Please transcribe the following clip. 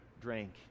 drank